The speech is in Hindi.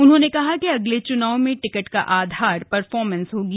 उन्होंने कहा कि अगले च्नाव में टिकट का आधार परफॉर्मेस होगी